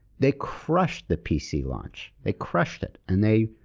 they crushed the pc launch. they crushed it. and they,